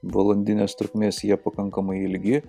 valandinės trukmės jie pakankamai ilgi